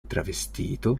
travestito